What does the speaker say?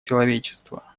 человечество